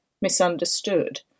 misunderstood